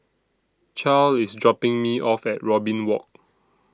Charle IS dropping Me off At Robin Walk